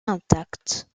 intactes